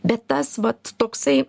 bet tas vat toksai